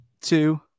two